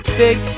big